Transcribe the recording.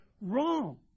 wrong